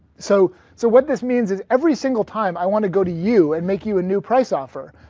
so so what this means is every single time i want to go to you and make you a new price offer,